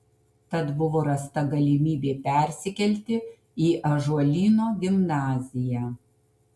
tad buvo rasta galimybė persikelti į ąžuolyno gimnaziją